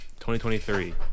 2023